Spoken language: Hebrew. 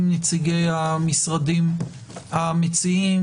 נציגי המשרדים האמיצים,